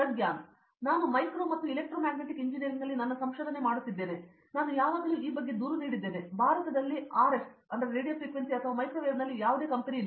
ಪ್ರಗ್ಯಾನ್ ನಾನು ಮೈಕ್ರೋ ಮತ್ತು ಎಲೆಕ್ಟ್ರೋಮ್ಯಾಗ್ನೆಟಿಕ್ ಇಂಜಿನಿಯರಿಂಗ್ನಲ್ಲಿ ನನ್ನ ಸಂಶೋಧನೆ ಮಾಡುತ್ತಿದ್ದೇನೆ ಮತ್ತು ನಾನು ಯಾವಾಗಲೂ ಈ ಬಗ್ಗೆ ದೂರು ನೀಡಿದ್ದೇನೆ ಭಾರತದಲ್ಲಿ ಆರ್ಎಫ್ ಅಥವಾ ಮೈಕ್ರೋವೇವ್ನಲ್ಲಿ ಯಾವುದೇ ಕಂಪನಿ ಇಲ್ಲ